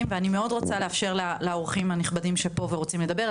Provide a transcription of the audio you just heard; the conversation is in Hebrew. ואני מאוד רוצה לאפשר לאורחים הנכבדים שפה ורוצים לדבר,